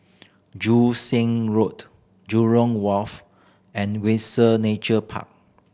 Joo Seng Road Jurong Wharf and Windsor Nature Park